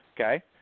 okay